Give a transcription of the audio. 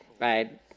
right